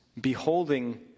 beholding